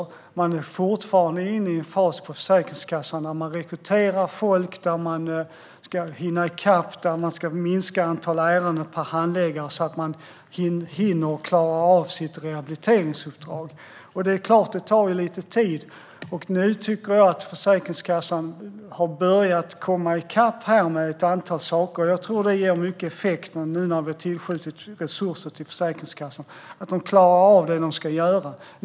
På Försäkringskassan är man fortfarande inne i en fas där man rekryterar folk och ska hinna i kapp och minska antalet ärenden per handläggare, så att man klarar av sitt rehabiliteringsuppdrag. Det tar lite tid. Nu har Försäkringskassan börjat komma i kapp med ett antal saker. Jag tror att detta ger effekt när vi nu tillskjuter resurser, så att Försäkringskassan klarar av det man ska.